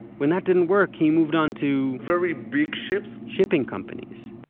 when that didn't work, he moved on to, very big ships shipping companies.